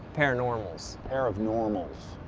paranormals. pair of normals.